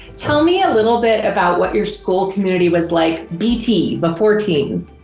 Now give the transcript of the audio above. tell me a little bit about what your school community was like bt, before teams.